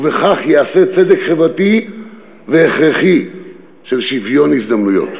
ובכך ייעשה צדק חברתי והכרחי של שוויון הזדמנויות.